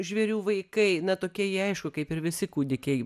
žvėrių vaikai na tokie jie aišku kaip ir visi kūdikiai